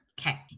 Okay